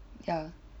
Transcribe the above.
ya